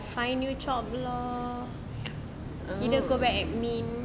find new job lor either go back admin